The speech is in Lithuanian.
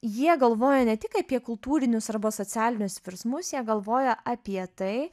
jie galvoja ne tik apie kultūrinius arba socialinius virsmus jie galvoja apie tai